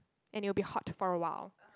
and it'll be hot for a while